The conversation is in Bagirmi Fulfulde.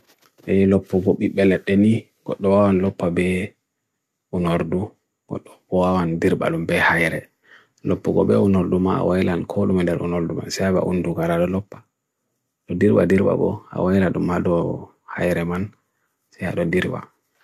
Kangaroo ɓe nafoore, waɗi ndiyanji lestar-golti e saareje ndiyam ha Australia. Eyi, lestarji lestar-golti heɓi sooya e nder hokka baydi e suufere ngal. Kangaroo ɓe waɗi ɓurndi nefoore.